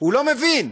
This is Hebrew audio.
לא מבין.